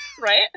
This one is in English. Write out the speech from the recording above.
Right